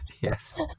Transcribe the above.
Yes